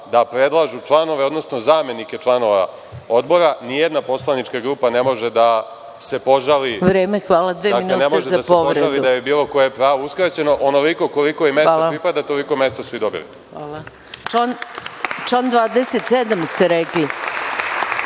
da predlažu članove, odnosno zamenike članova odbora. Nijedna poslanička grupa ne može da se požali da joj je bilo koje pravo uskraćeno onoliko koliko im mesta pripada, toliko mesta su i dobili. **Maja